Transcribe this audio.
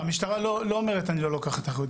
המשטרה לא אומרת, אני לא לוקחת אחריות.